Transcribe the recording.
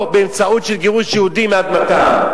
אבל אני חזרתי, ברוך השם, לארץ אבותי, נחלת אבותי.